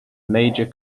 major